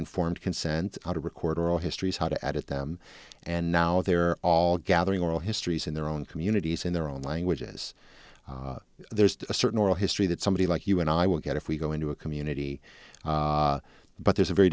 informed consent how to record oral histories how to edit them and now they're all gathering oral histories in their own communities in their own languages there's a certain oral history that somebody like you and i will get if we go into a community but there's a very